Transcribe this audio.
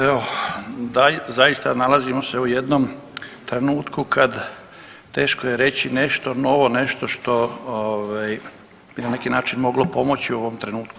Evo zaista nalazimo se u jednom trenutku kad teško je reći nešto novo, nešto što bi na neki način moglo pomoći u ovom trenutku